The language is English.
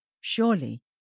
Surely